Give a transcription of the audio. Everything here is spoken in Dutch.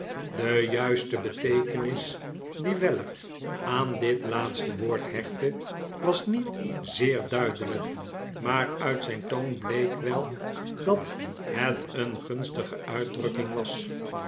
de juiste beteekenis die weller aan dit laatste woord hechtte was niet zeer duidelijk maar uit zijn toon bleek wel dat het een gunstige uitdrukking was